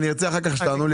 אני ארצה שתענו לי,